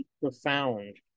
profound